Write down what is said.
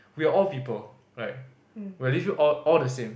we are all people right we'll leave you all the same